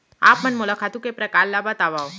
आप मन मोला खातू के प्रकार ल बतावव?